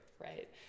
right